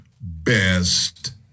best